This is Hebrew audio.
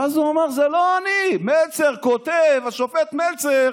ואז הוא אמר: זה לא אני, מלצר כותב, השופט מלצר